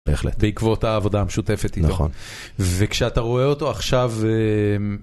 בהחלט, בעקבות העבודה המשותפת איתו... נכון, וכשאתה רואה אותו עכשיו...